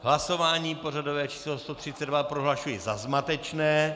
Hlasování pořadové číslo 132 prohlašuji za zmatečné.